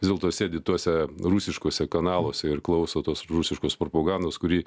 vis dėlto sėdi tuose rusiškuose kanaluose ir klauso tos rusiškos propagandos kuri